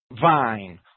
vine